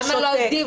למה הם לא הגיבו?